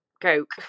coke